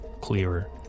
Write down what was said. clearer